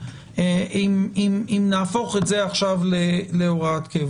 אפ נהפוך את זה עכשיו להוראת קבע.